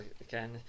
again